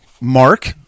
Mark